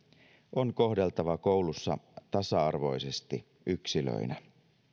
on kohdeltava koulussa tasa arvoisesti yksilöinä